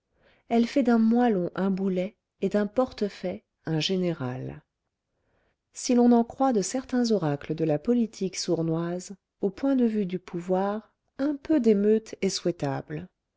elle fait d'un moellon un boulet et d'un portefaix un général si l'on en croit de certains oracles de la politique sournoise au point de vue du pouvoir un peu d'émeute est souhaitable